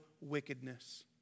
wickedness